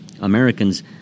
Americans